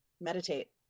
Meditate